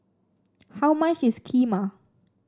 how much is Kheema